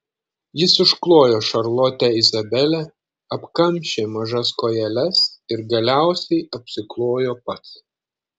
jis užklojo šarlotę izabelę apkamšė mažas kojeles ir galiausiai apsiklojo pats